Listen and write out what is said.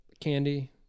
candy